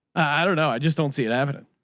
i dunno, i just don't see it evidence.